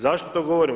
Zašto to govorim?